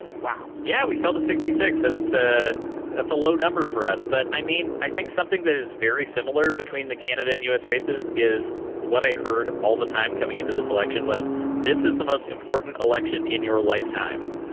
wow. yeah. we fell to sixty six. that's ah that's a low number for us. but i mean i think something that is very similar between the canada and u s. races is what i heard all the time coming into this election was this is the most important election in your lifetime.